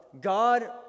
god